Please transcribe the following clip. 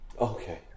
okay